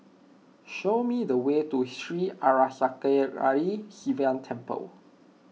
show me the way to Sri Arasakesari Sivan Temple